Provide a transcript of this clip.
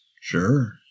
Sure